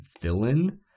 villain